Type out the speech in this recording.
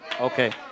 Okay